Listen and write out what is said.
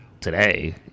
today